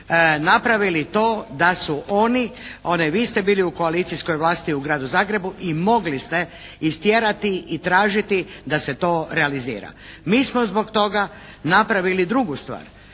napravili to da su oni, vi ste bili u koalicijskoj vlasti u Gradu Zagrebu i mogli ste istjerati i tražiti da se to realizira. Mi smo zbog toga napravili drugu stvar.